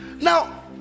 now